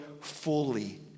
fully